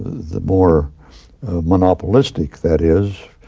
the more monopolistic that is,